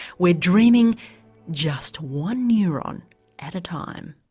we're dreaming just one neuron at a time